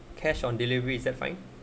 cash on delivery is that fine